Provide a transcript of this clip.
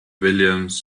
williams